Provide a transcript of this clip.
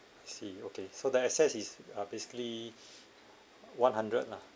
see okay so the access is ah basically one hundred lah